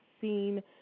seen